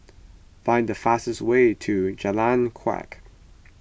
find the fastest way to Jalan Kuak